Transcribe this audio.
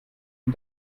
dem